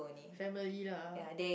family lah